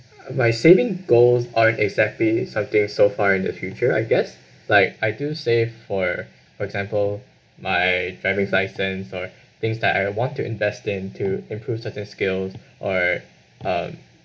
uh my saving goals aren't exactly something so far in the future I guess like I do save for for example my driving license or things that I want to invest in to improve certain skills or um